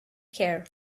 care